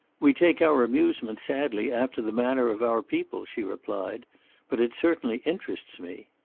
we take our amusement sadly, after the manner of our people, she replied but it certainly interests me.